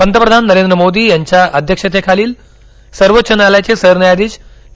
पंतप्रधान नरेंद्र मोदी यांच्या अध्यक्षतेखालील सर्वोच्च न्यायालयाचे सरन्यायाधीश न्या